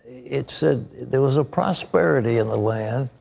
it said there was a prosperity in the land.